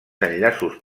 enllaços